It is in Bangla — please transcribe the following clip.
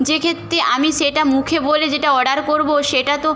যে ক্ষেত্রে আমি সেটা মুখে বলে যেটা অর্ডার করব সেটা তো